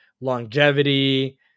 longevity